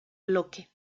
bloque